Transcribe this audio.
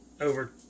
Over